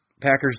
Packers